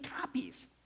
copies